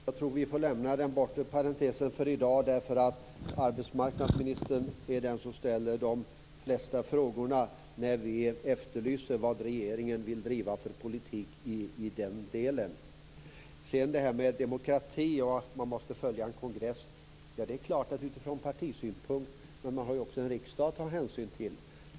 Fru talman! Vi får lämna den bortre parentesen för i dag. När vi efterlyser vad regeringen vill driva för politik är det arbetsmarknadsministern som ställer de flesta frågorna. Sedan var det frågan om demokrati och att följa kongressbeslut. Utifrån partiets synvinkel är det bra. Men det finns också en riksdag att ta hänsyn till.